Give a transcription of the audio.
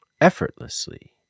Effortlessly